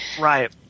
Right